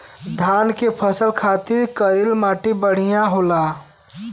धान के फसल खातिर करील माटी बढ़िया होला